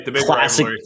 classic